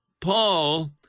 Paul